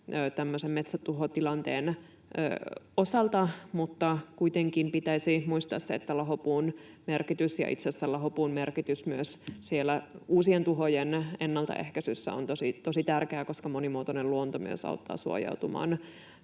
metsätuhotilanteen osalta, mutta kuitenkin pitäisi muistaa lahopuun merkitys ja se, että itse asiassa lahopuun merkitys myös siellä uusien tuhojen ennaltaehkäisyssä on tosi tärkeää, koska monimuotoinen luonto myös auttaa suojautumaan